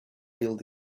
built